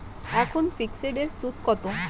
এখন ফিকসড এর সুদ কত?